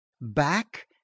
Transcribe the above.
Back